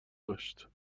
داشت